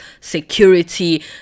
security